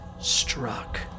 struck